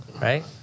right